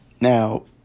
Now